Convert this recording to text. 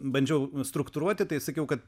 bandžiau struktūruoti tai sakiau kad